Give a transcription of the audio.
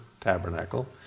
tabernacle